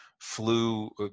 flew